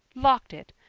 locked it,